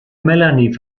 melanie